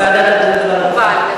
ועדת הבריאות והרווחה.